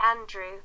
Andrew